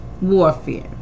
warfare